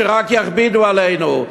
שרק יכבידו עלינו.